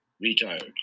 retired